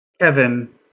Kevin